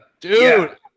dude